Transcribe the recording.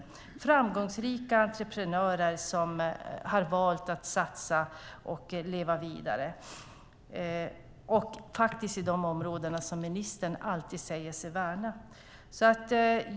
Det är framgångsrika entreprenörer som har valt att satsa och leva vidare i de områden som ministern faktiskt alltid säger sig värna.